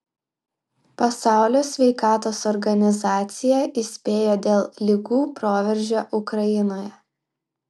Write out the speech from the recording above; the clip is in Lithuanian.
pasaulio sveikatos organizacija įspėjo dėl ligų proveržio ukrainoje